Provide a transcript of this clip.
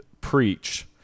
preach